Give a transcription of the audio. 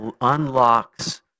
unlocks